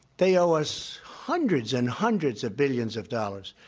they owe us hundreds and hundreds of billions of dollars.